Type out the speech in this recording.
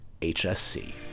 HSC